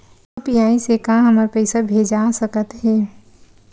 UPI से का हमर पईसा भेजा सकत हे?